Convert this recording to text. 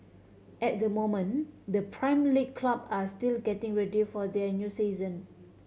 at the moment the Prime League club are still getting ready for their new season